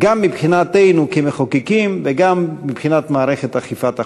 גם מבחינתנו כמחוקקים וגם מבחינת מערכת אכיפת החוק.